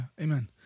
Amen